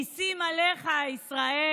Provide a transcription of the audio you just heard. מיסים עליך ישראל,